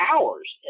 hours